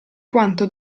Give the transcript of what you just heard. quanto